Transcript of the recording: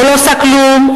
או לא עושה כלום,